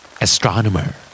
Astronomer